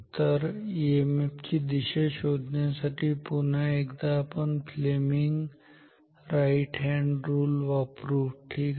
तर ईएमएफ ची दिशा शोधण्यासाठी पुन्हा एकदा आपण Fleming right hand rule Fleming's right hand rule वापरू ठीक आहे